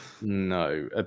No